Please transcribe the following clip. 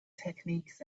techniques